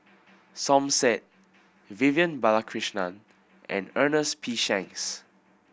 Som Said Vivian Balakrishnan and Ernest P Shanks